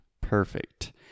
Perfect